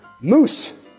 Moose